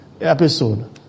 episode